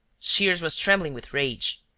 shears was trembling with rage.